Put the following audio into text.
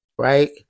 Right